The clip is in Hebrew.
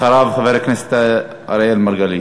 אחריו, חבר הכנסת אראל מרגלית.